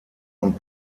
und